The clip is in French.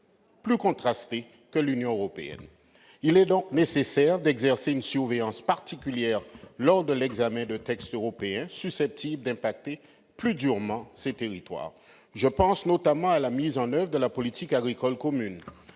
plus contrasté que celui de l'Union européenne. Il est donc nécessaire d'exercer une surveillance particulière lors de l'examen de textes européens susceptibles d'impacter plus durement ces territoires. Je pense notamment à la mise en oeuvre de la politique agricole commune,